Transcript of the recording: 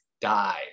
die